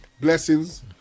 blessings